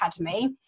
academy